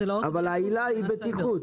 אבל העילה היא בטיחות.